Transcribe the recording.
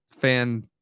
fan